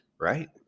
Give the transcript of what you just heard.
right